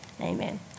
Amen